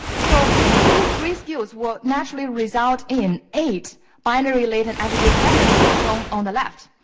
so, these three skills will naturally result in eight binary latent attribute patterns, shown on the left.